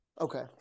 Okay